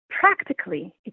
practically